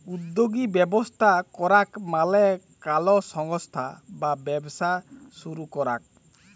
উদ্যগী ব্যবস্থা করাক মালে কলো সংস্থা বা ব্যবসা শুরু করাক